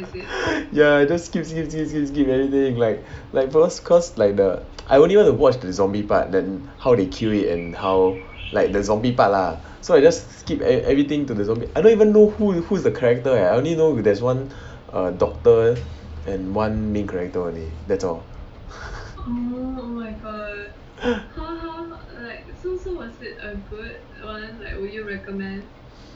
ya I just skip skip skip skip skip everything like like cause cause like the I only want to watch the zombie part than how they kill it and how like the zombie part lah so I just skip ev~ everything also I don't even know who who is the character leh I only know there's one err doctor and one main character only that's all